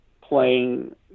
playing